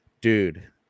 dude